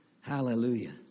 hallelujah